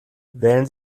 wählen